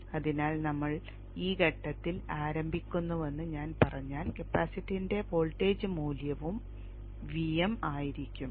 അതിനാൽ നമ്മൾ ഈ ഘട്ടത്തിൽ ആരംഭിക്കുന്നുവെന്ന് ഞാൻ പറഞ്ഞാൽ കപ്പാസിറ്റൻസിന്റെ വോൾട്ടേജ് മൂല്യവും Vm ആയിരിക്കും